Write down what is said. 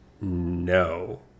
no